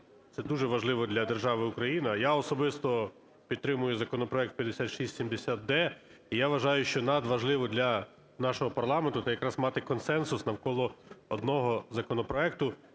це дуже важливо для держави Україна. Я особисто підтримую законопроект 5670-д. І я вважаю, що надважливо для нашого парламенту – якраз мати консенсус навколо одного законопроекту,